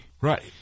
Right